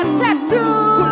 tattoo